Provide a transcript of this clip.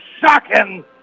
Shocking